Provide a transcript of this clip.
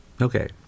Okay